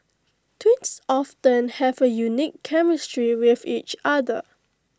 twins often have A unique chemistry with each other